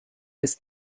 ist